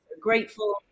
grateful